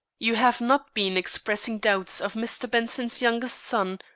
you have not been expressing doubts of mr. benson's youngest son,